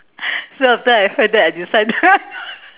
so after I heard that I decided